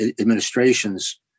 administration's